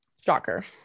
shocker